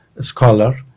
scholar